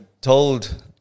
told